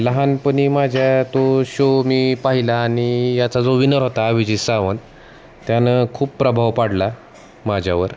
लहानपणी माझ्या तो शो मी पाहिला आणि याचा जो विनर होता अभिजित सावंत त्यानं खूप प्रभाव पाडला माझ्यावर